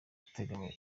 utegamiye